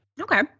Okay